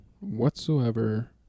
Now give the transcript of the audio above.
whatsoever